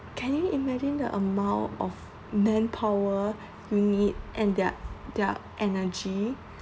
can you imagine the amount of manpower we need and their their energy